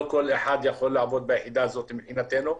לא כל אחד יכול לעבוד ביחידה הזאת מבחינתנו.